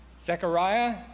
Zechariah